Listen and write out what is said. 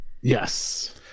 Yes